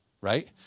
right